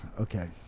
okay